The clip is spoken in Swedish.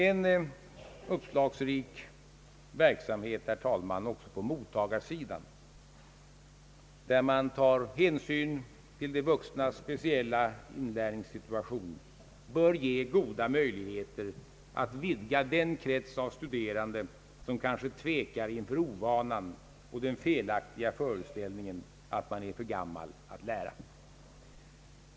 En uppslagsrik verksamhet även på mottagarsidan, där man tar hänsyn till de vuxnas speciella inlärningssituation, bör ge goda möjligheter att vidga den krets av studerande som kanske tvekar inför ovanan och den felaktiga föreställningen att man är för gammal att lära.